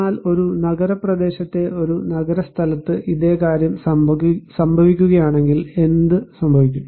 എന്നാൽ ഒരു നഗര പ്രദേശത്തെ ഒരു നഗര സ്ഥലത്ത് ഇതേ കാര്യം സംഭവിക്കുകയാണെങ്കിൽ എന്തുസംഭവിക്കും